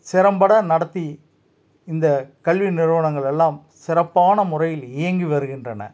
திறம்பட நடத்தி இந்த கல்வி நிறுவனங்கள் எல்லாம் சிறப்பான முறையில் இயங்கி வருகின்றன